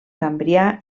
cambrià